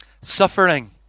Suffering